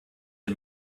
den